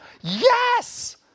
Yes